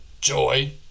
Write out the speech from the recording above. joy